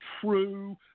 true